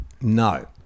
No